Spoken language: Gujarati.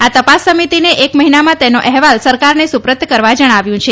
આ તપાસ સમિતિને એક મહિનામાં તેનો અહેવાલ સરકારને સુપરત કરવા જણાવ્યું છે